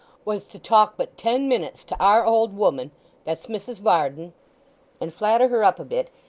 was to talk but ten minutes to our old woman that's mrs varden and flatter her up a bit,